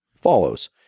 follows